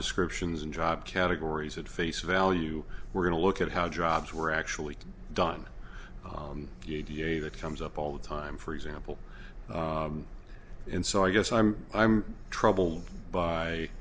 descriptions and job categories at face value we're going to look at how jobs were actually done d n a that comes up all the time for example and so i guess i'm i'm troubled by